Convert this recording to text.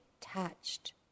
touched